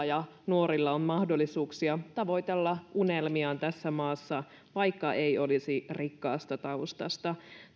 ja nuorilla on mahdollisuuksia tavoitella unelmiaan tässä maassa vaikka ei olisi rikkaasta taustasta